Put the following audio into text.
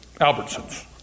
Albertsons